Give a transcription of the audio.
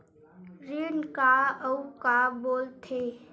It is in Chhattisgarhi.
ऋण का अउ का बोल थे?